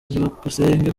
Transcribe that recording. byukusenge